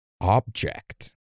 object